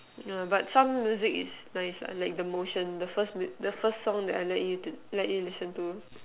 yeah but some music is nice like the motion the first the first song that I let you to let you listen to